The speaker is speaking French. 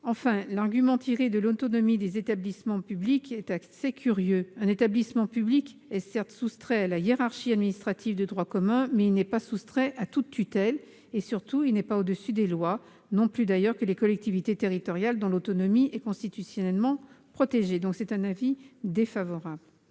Enfin, l'argument tiré de l'autonomie des établissements publics est assez curieux : un établissement public est certes soustrait à la hiérarchie administrative de droit commun, mais pas à toute tutelle ; surtout, il n'est pas au-dessus des lois, non plus d'ailleurs que les collectivités territoriales, dont l'autonomie est constitutionnellement protégée. L'avis est donc défavorable